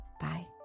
Bye